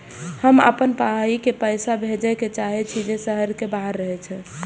हम आपन भाई के पैसा भेजे के चाहि छी जे शहर के बाहर रहे छै